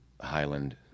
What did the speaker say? Highland